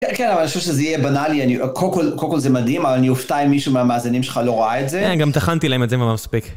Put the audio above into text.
כן, כן, אבל אני חושב שזה יהיה בנאלי, קודם כל זה מדהים, אבל אני אופתע עם מישהו מהמאזינים שלך לא ראה את זה. כן, אני גם טחנתי להם את זה מספיק.